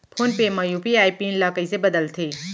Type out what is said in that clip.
Phone पे म UPI PIN ल कइसे बदलथे?